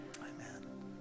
Amen